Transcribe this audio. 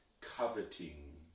coveting